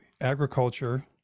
agriculture